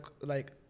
like-